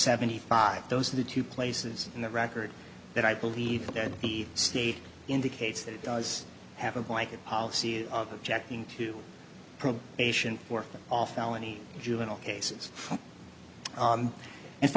seventy five those are the two places in the record that i believe that the state indicates that it does have a blanket policy is objecting to probation for all felony juvenile cases